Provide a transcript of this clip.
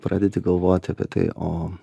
pradedi galvoti apie tai o